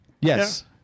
yes